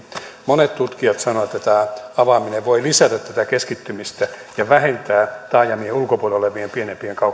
monet tutkijat sanovat että tämä avaaminen voi lisätä tätä keskittymistä ja vähentää taajamien ulkopuolella olevien pienempien